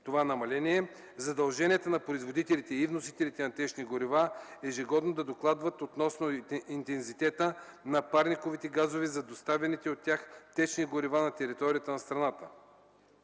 това намаление; - задълженията на производителите и вносителите на течни горива ежегодно да докладват относно интензитета на парниковите газове на доставяните от тях течни горива на територията на страната.